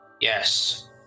Yes